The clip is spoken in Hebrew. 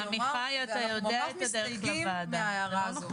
ואנחנו ממש מסתייגים מההערה הזאת,